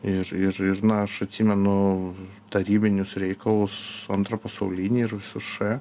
ir ir ir na aš atsimenu tarybinius reikalus antrą pasaulinį ir visus š